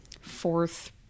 fourth